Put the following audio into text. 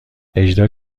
اجرا